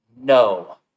no